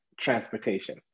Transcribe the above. transportation